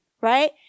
Right